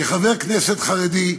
כחבר כנסת חרדי,